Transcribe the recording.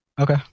Okay